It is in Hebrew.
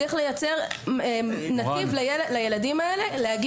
צריך לייצר נתיב לילדים האלה,